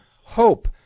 Hope